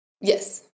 Yes